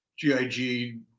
GIG